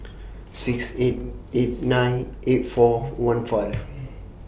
six eight eight nine eight four one five